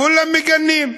כולם מגנים,